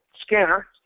scanner